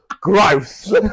Gross